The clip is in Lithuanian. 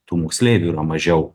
tų moksleivių yra mažiau